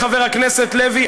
חבר הכנסת לוי,